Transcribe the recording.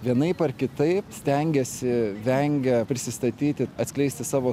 vienaip ar kitaip stengiasi vengia prisistatyti atskleisti savo